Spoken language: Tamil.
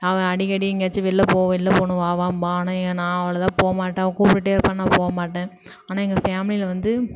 அவள் அடிக்கடி எங்கேயாச்சும் வெள்யில போகணும் வெள்யில போகணும் வா வாம்பா ஆனால் நான் அவளதாக போகமாட்டேன் அவள் கூப்பிட்டுட்டே இருப்பாள் நான் போகமாட்டேன் ஆனால் எங்கள் ஃபேமிலியில வந்து